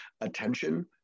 attention